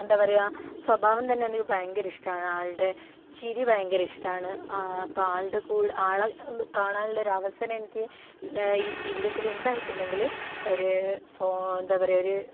എന്താണ് പറയാ സ്വഭാവം തന്നെ എനിക്ക് ഭയങ്കര ഇഷ്ടമാണ് ആളുടെ ചിരി ഭയങ്കര ഇഷ്ടമാണ് അപ്പം ആളുടെ കൂടെ ആളെ കാണാൻ ഉള്ള ഒരു അവസരം എനിക്ക് ഈ ജീവിതത്തിൽ ഉണ്ടായിട്ടുണ്ടെങ്കിൽ ഒരു ഫോ എന്താ പറയാ ഒരു